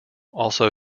also